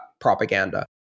propaganda